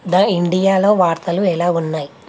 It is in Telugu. ద ఇండియాలో వార్తలు ఎలా ఉన్నాయి